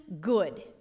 good